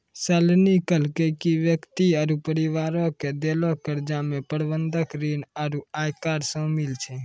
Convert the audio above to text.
शालिनी कहलकै कि व्यक्ति आरु परिवारो के देलो कर्जा मे बंधक ऋण आरु आयकर शामिल छै